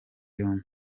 yombi